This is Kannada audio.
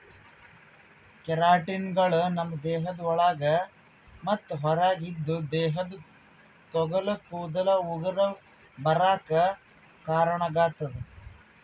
ಕೆರಾಟಿನ್ಗಳು ನಮ್ಮ್ ದೇಹದ ಒಳಗ ಮತ್ತ್ ಹೊರಗ ಇದ್ದು ದೇಹದ ತೊಗಲ ಕೂದಲ ಉಗುರ ಬರಾಕ್ ಕಾರಣಾಗತದ